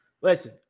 Listen